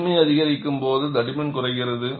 வலிமை அதிகரிக்கும் போது தடிமன் குறைகிறது